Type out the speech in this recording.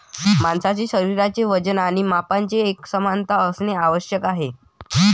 माणसाचे शरीराचे वजन आणि मापांमध्ये एकसमानता असणे आवश्यक आहे